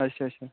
अच्छा अच्छा